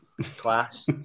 Class